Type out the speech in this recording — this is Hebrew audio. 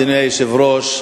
אדוני היושב-ראש,